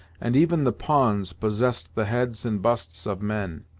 and even the pawns possessed the heads and busts of men.